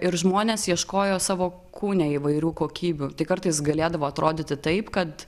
ir žmonės ieškojo savo kūne įvairių kokybių tai kartais galėdavo atrodyti taip kad